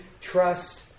trust